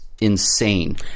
insane